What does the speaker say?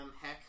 heck